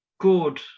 good